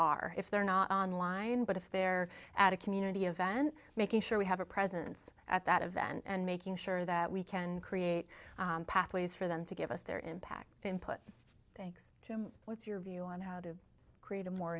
are if they're not on line but if they're at a community event making sure we have a presence at that event and making sure that we can create pathways for them to give us their impact input thanks jim what's your view on how to create a more